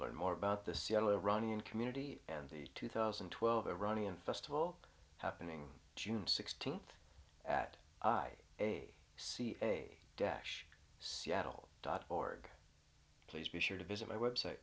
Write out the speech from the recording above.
learn more about the seattle iranian community and the two thousand and twelve iranian festival happening june sixteenth at i a c a dash seattle dot org please be sure to visit my website